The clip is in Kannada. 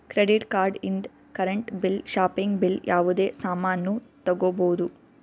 ಕ್ರೆಡಿಟ್ ಕಾರ್ಡ್ ಇಂದ್ ಕರೆಂಟ್ ಬಿಲ್ ಶಾಪಿಂಗ್ ಬಿಲ್ ಯಾವುದೇ ಸಾಮಾನ್ನೂ ತಗೋಬೋದು